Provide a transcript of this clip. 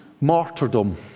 martyrdom